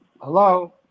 Hello